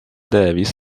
davis